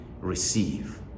receive